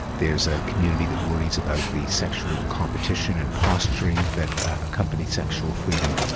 there's a community that worries about the sexual competition and posturing that accompany sexual freedom.